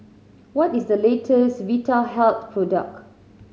what is the latest Vitahealth product